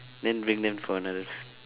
then bring them for another